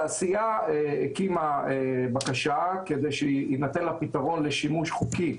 התעשייה הקימה בקשה כדי שיינתן לה פתרון לשימוש חוקי